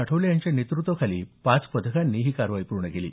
आठवले यांच्या नेतृत्वाखाली पाच पथकांनी ही कारवाई पूर्ण केली